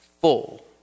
full